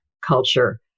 culture